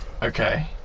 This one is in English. Okay